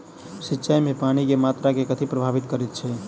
सिंचाई मे पानि केँ मात्रा केँ कथी प्रभावित करैत छै?